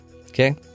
okay